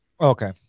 Okay